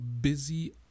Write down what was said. busy